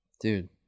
dude